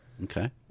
Okay